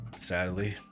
sadly